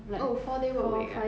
oh four day work week ah